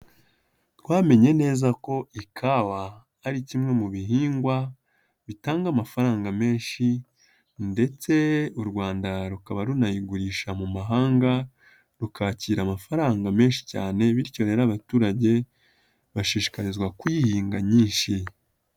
Twamenye neza ko ikawa ari kimwe mu bihingwa bitanga amafaranga menshi ndetse u Rwanda rukaba runayigurisha mu mahanga, rukakira amafaranga menshi cyane, bityo rero abaturage bashishikarizwa kuyihinga nyinshi.